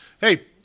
Hey